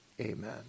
Amen